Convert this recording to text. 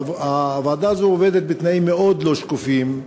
הוועדה הזאת עובדת בתנאים מאוד לא שקופים.